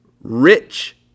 rich